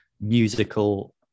musical